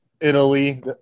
Italy